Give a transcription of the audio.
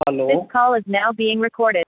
hello